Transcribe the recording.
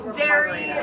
dairy